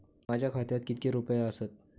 माझ्या खात्यात कितके रुपये आसत?